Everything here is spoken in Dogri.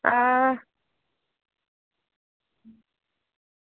आं